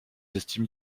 estime